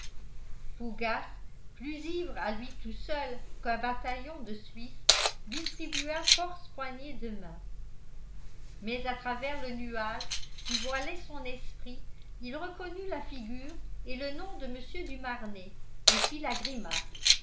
fougas plus ivre à lui tout seul qu'un bataillon de suisse distribua force poignées de main mais à travers le nuage qui voilait son esprit il reconnut la figure et le nom de mr du marnet et fit la grimace